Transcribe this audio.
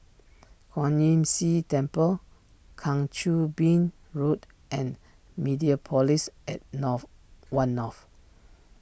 Kwan Imm See Temple Kang Choo Bin Road and Mediapolis at North one North